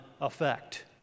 effect